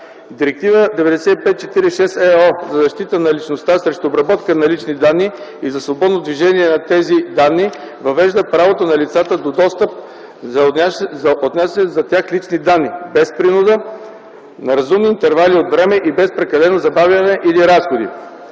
Директива 9546 (ЕО) за защита на личността срещу обработка на лични данни и за свободно движение на тези данни въвежда правото на лицата до достъп за отнасящите се за тях лични данни, без принуда, на разумни интервали от време и без прекалено забавяне или разходи.